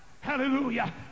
Hallelujah